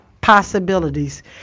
possibilities